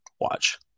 watch